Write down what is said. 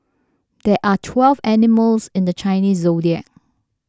there are twelve animals in the Chinese zodiac